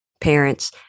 parents